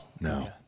no